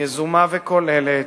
יזומה וכוללת,